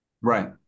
Right